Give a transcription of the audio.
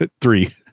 Three